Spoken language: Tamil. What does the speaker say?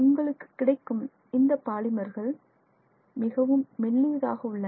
உங்களுக்கு கிடைக்கும் இந்தப் பாலிமர்கள் மிகவும் மெல்லியதாக உள்ளன